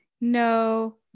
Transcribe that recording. no